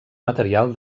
material